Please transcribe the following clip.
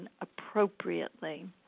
appropriately